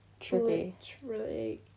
trippy